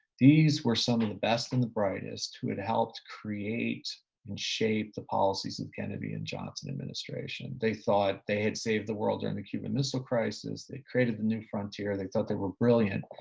these were some of the best and the brightest who had helped create and shape the policies of the kennedy and johnson administrations, they thought they had saved the world during the cuban missile crisis. they created the new frontier. they thought they were brilliant.